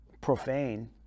profane